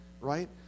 right